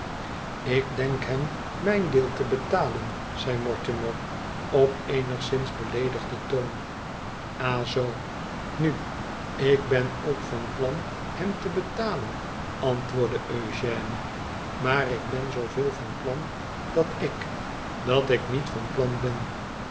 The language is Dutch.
r denk hem mijn deel te betalen zei mortimer op eenigszins beleedigden toon ah zoo nu ik ben ook van plan hem te betalen antwoordde ugène t maar ik ben zooveel van plan dat ik dat ik niet van plan ben